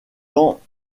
temps